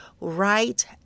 right